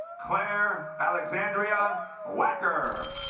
claire alexandria whacker